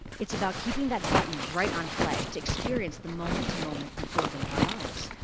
it's about keeping that button right on play, to experience the moment-to-moment unfolding of our lives.